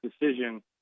decision